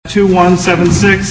two one seven six